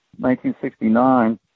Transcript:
1969